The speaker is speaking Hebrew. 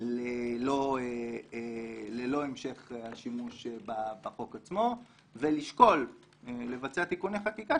ללא המשך השימוש בחוק עצמו ולשקול לבצע תיקוני חקיקה,